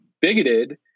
bigoted